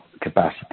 capacity